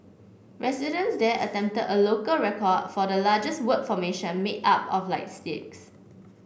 residents there attempted a local record for the largest word formation made up of light sticks